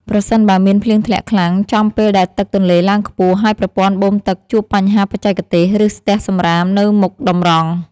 ប្រសិនបើមានភ្លៀងធ្លាក់ខ្លាំងចំពេលដែលទឹកទន្លេឡើងខ្ពស់ ហើយប្រព័ន្ធបូមទឹកជួបបញ្ហាបច្ចេកទេស ឬស្ទះសំរាមនៅមុខតម្រង។